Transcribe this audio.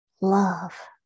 love